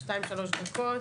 שתים-שלוש דקות.